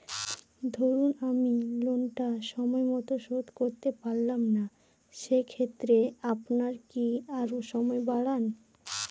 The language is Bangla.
ধরুন আমি লোনটা সময় মত শোধ করতে পারলাম না সেক্ষেত্রে আপনার কি আরো সময় বাড়ান?